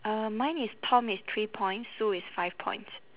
uh mine is tom is three points sue is five points